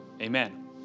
Amen